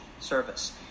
service